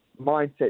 mindset